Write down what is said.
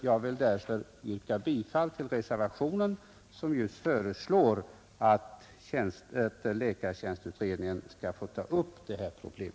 Jag vill därför yrka bifall till reservationen 16, där det just föreslås att läkartjänstutredningen skall få ta upp detta problem.